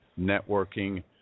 networking